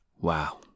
Wow